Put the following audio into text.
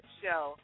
show